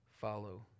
follow